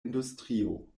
industrio